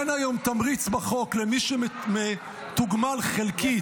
אין היום תמריץ בחוק למי שתוגמל חלקית,